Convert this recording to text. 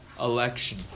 election